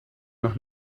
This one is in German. noch